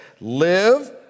live